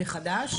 זה גדוד חדש?